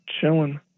chilling